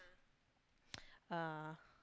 uh